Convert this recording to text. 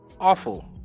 awful